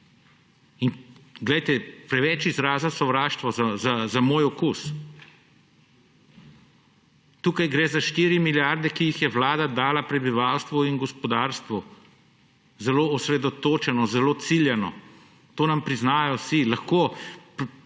In glejte, preveč izraza sovraštva za moj okus. Tukaj gre za 4 milijarde, ki jih je Vlada dala prebivalstvu in gospodarstvu zelo osredotočeno, zelo ciljano. To nam priznajo vsi. Lahko dopuščam